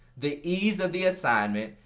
the easy of the assignment,